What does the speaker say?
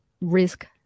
risk